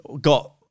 got